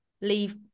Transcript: leave